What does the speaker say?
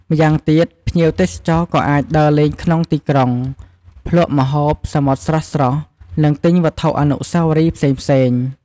ម្យ៉ាងទៀត ភ្ញៀវទេសចរក៏អាចដើរលេងក្នុងទីក្រុង ភ្លក្សម្ហូបសមុទ្រស្រស់ៗ និងទិញវត្ថុអនុស្សាវរីយ៍ផ្សេងៗ។